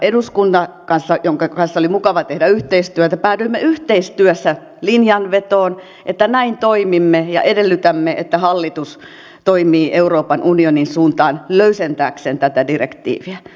eduskunnan kanssa jonka kanssa oli mukava tehdä yhteistyötä päädyimme yhteistyössä linjanvetoon että näin toimimme ja edellytämme että hallitus toimii euroopan unionin suuntaan löysentääkseen tätä direktiiviä